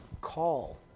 Call